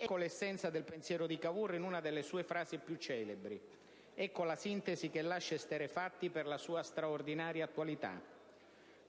Ecco l'essenza del pensiero di Cavour in una delle sue frasi più celebri; ecco la sintesi che lascia esterrefatti per la sua straordinaria attualità.